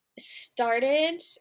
started